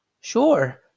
Sure